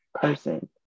person